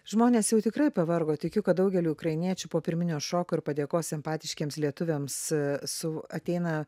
žmonės jau tikrai pavargo tikiu kad daugeliui ukrainiečių po pirminio šoko ir padėkos simpatiškiems lietuviams su ateina